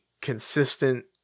consistent